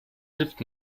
hilft